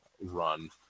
run